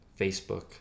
Facebook